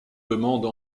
demande